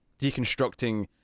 deconstructing